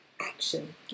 action